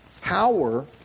power